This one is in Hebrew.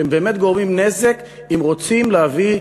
שהם באמת גורמים נזק אם רוצים להביא,